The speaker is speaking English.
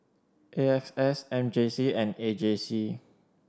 A X S M J C and A J C